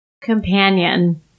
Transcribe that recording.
companion